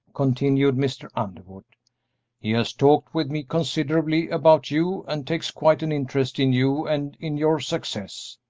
continued mr. underwood he has talked with me considerably about you and takes quite an interest in you and in your success.